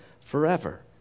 forever